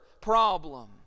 problem